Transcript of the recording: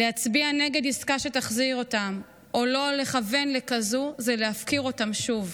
להצביע נגד עסקה שתחזיר אותם או לא לכוון לכזאת זה להפקיר אותם שוב.